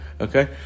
Okay